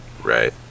Right